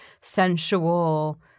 sensual